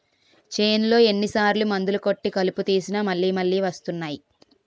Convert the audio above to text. చేన్లో ఎన్ని సార్లు మందులు కొట్టి కలుపు తీసినా మళ్ళి మళ్ళి వస్తున్నాయి